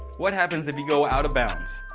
what happens if you go out of bounds.